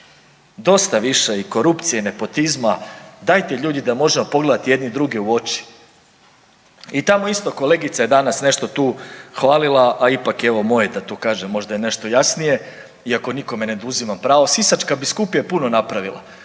Dosta više i korupcije i nepotizma. Dajte ljudi da možemo pogledati jedni druge u oči. I tamo isto kolegica je danas nešto tu hvalila, a ipak evo moje je da to kažem možda i nešto jasnije iako nikome ne oduzimam pravo. Sisačka biskupija je puno napravila